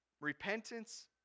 repentance